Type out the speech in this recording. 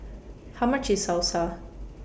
How much IS Salsa